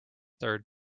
third